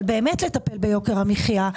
אבל לטפל באמת ביוקר המחיה,